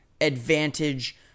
advantage